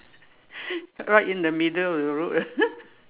right in the middle of the road ah